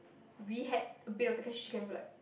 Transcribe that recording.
we had a bit of the cashew chicken we were like